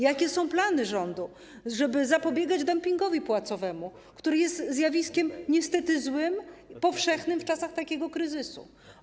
Jakie są plany rządu, żeby zapobiegać dumpingowi płacowemu, który jest zjawiskiem złym, niestety powszechnym w czasach takiego kryzysu?